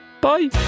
Bye